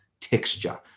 texture